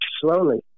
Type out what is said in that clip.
slowly